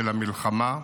של המלחמה,